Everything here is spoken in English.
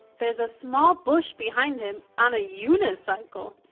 there's a small bush behind him on a unicycle.